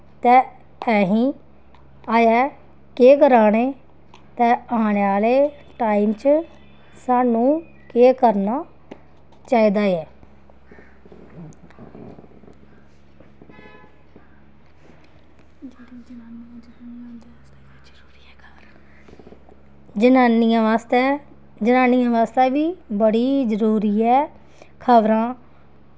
ते अस अज़ें केह् करा ने ते आने आह्ले टाइम च सानूं केह् करना चाहिदा ऐ जनानियें बास्तै जनानियें बास्तै बी बड़ी जरूरी ऐ खबरां